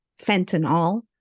fentanyl